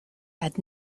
had